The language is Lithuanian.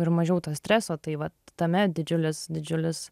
ir mažiau streso tai vat tame didžiulis didžiulis